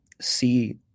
see